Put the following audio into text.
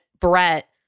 Brett